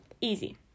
Easy